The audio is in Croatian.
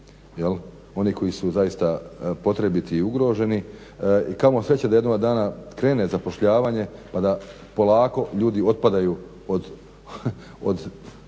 oni koji su zaista potrebiti i ugroženi i kamo sreće da jednoga dana krene zapošljavanje, pa da polako ljudi otpadaju od